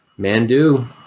Mandu